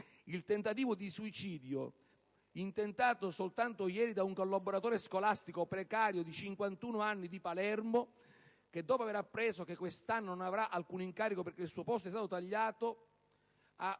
il tentativo di suicidio intentato solo ieri da un collaboratore scolastico precario di 51 anni a Palermo, il quale, dopo aver appreso che quest'anno non avrà alcun incarico perché il suo posto è stato tagliato, ha tentato